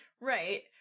Right